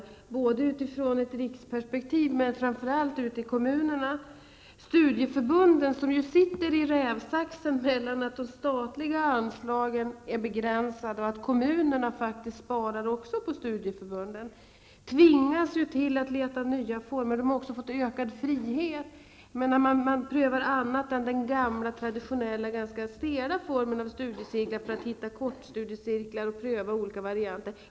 Det sker utifrån ett riksperspektiv, men framför allt ute i kommunerna. Studieförbunden sitter i rävsaxen mellan att de statliga anslagen är begränsade och att kommunerna faktiskt också sparar på studieförbunden. De tvingas till att leta nya former. De har också fått ökad frihet. Man prövar andra saker än den gamla traditionella, ganska stela formen av studiecirklar för att hitta kortstudiecirklar och pröva olika varianter.